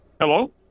Hello